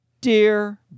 dear